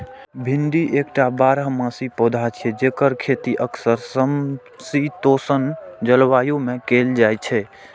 भिंडी एकटा बारहमासी पौधा छियै, जेकर खेती अक्सर समशीतोष्ण जलवायु मे कैल जाइ छै